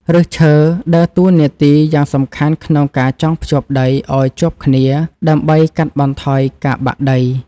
ឫសឈើដើរតួនាទីយ៉ាងសំខាន់ក្នុងការចងភ្ជាប់ដីឱ្យជាប់គ្នាដើម្បីកាត់បន្ថយការបាក់ដី។ឫសឈើដើរតួនាទីយ៉ាងសំខាន់ក្នុងការចងភ្ជាប់ដីឱ្យជាប់គ្នាដើម្បីកាត់បន្ថយការបាក់ដី។